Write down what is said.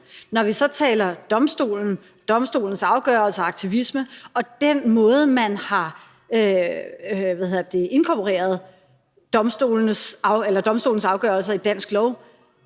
Når vi så taler om domstolen, domstolens afgørelser og aktivisme og den måde, man har inkorporeret domstolens afgørelser på i dansk lov,